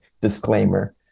disclaimer